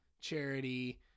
charity